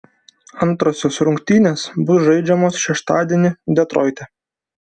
antrosios rungtynės bus žaidžiamos šeštadienį detroite